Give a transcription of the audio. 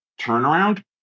turnaround